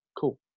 cool